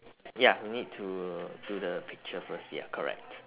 ya we need to do the picture first ya correct